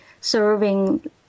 serving